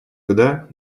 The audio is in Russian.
туда